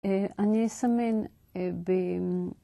אני אסמן ב...